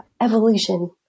evolution